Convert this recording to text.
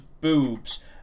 boobs